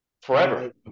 forever